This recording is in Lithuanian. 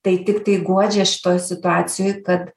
tai tiktai guodžia šitoj situacijoj kad